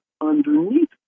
underneath